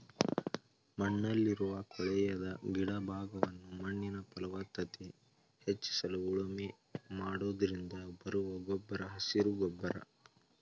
ಮಣ್ಣಲ್ಲಿರುವ ಕೊಳೆಯದ ಗಿಡ ಭಾಗವನ್ನು ಮಣ್ಣಿನ ಫಲವತ್ತತೆ ಹೆಚ್ಚಿಸಲು ಉಳುಮೆ ಮಾಡೋದ್ರಿಂದ ಬರುವ ಗೊಬ್ಬರ ಹಸಿರು ಗೊಬ್ಬರ